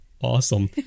awesome